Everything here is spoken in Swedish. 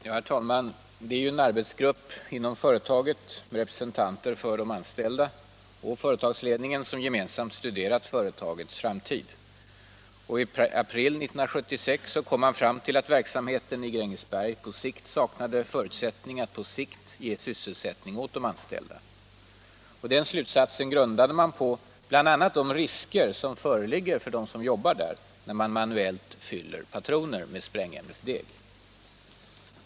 Herr talman! Det har varit en arbetsgrupp inom företaget, med representanter för både de anställda och företagsledningen, som gemensamt studerat företagets framtid. I april 1976 kom gruppen fram till slutsatsen att verksamheten i Grängesberg saknade förutsättningar att på sikt ge sysselsättning åt de anställda. Den slutsatsen grundade man på bl.a. de risker som föreligger för dem som jobbar där patroner manuellt fylls med sprängämnesmassa.